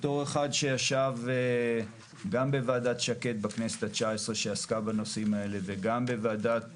בתור אחד שישב גם בוועדת שקד בכנסת ה-19 שעסקה בנושאים האלה וגם בוועדת